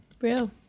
Real